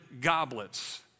goblets